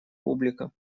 публика